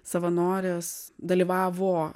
savanorės dalyvavo